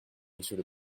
monsieur